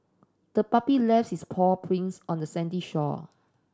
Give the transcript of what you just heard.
the puppy lefts its paw prints on the sandy shore